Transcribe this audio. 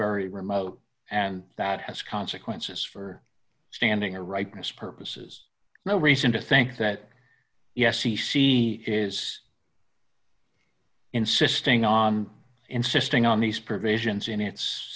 very remote and that has consequences for standing a rightness purposes no reason to think that yes he she is insisting on insisting on these provisions in its